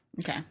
Okay